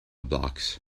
blocks